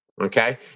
Okay